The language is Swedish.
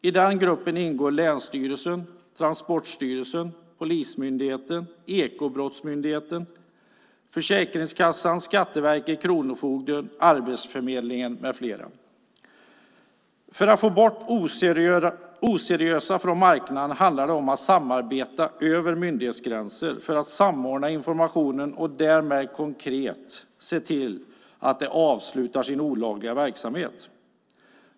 I den gruppen ingår länsstyrelsen, Transportstyrelsen, polismyndigheten, Ekobrottsmyndigheten, Försäkringskassan, Skatteverket, kronofogden, Arbetsförmedlingen med flera. För att få bort oseriösa från marknaden handlar det om att samarbeta över myndighetsgränser för att samordna informationen och därmed konkret se till att de avslutar sin olagliga verksamhet.